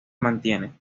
mantiene